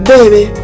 Baby